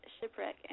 Shipwreck